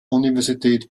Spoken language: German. universität